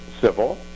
civil